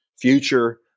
future